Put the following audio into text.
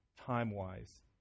time-wise